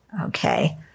Okay